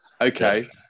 okay